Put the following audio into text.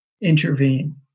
intervene